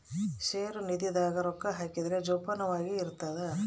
ಷೇರು ನಿಧಿ ದಾಗ ರೊಕ್ಕ ಹಾಕಿದ್ರ ಜೋಪಾನವಾಗಿ ಇರ್ತದ